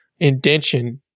indention